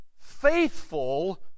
faithful